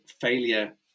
failure